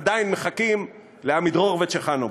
עדיין מחכים לעמידרור וצ'חנובר.